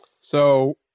So-